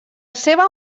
seva